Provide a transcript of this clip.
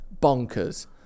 bonkers